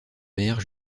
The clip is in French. maire